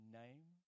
name